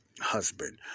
husband